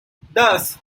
thus